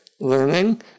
learning